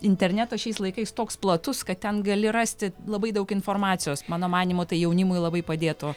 interneto šiais laikais toks platus kad ten gali rasti labai daug informacijos mano manymu tai jaunimui labai padėtų